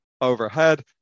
overhead